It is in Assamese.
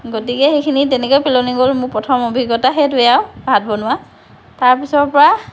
গতিকে সেইখিনি তেনেকৈয়ে পেলনি গ'ল মোৰ প্ৰথম অভিজ্ঞতা সেইটোৱে আৰু ভাত বনোৱা তাৰপিছৰ পৰা